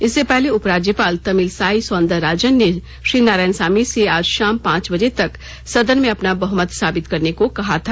इससे पहले उपराज्यपाल तमिलसाई सौन्दर राजन ने श्री नारायणसामी से आज शाम पांच बजे तक सदन में अपना बहमत साबित करने को कहा था